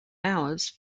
hours